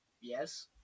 Yes